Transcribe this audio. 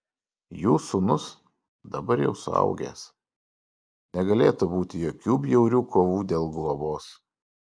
jų sūnus dabar jau suaugęs negalėtų būti jokių bjaurių kovų dėl globos